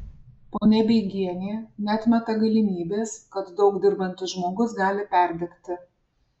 ponia beigienė neatmeta galimybės kad daug dirbantis žmogus gali perdegti